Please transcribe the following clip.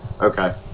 Okay